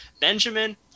Benjamin